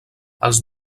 els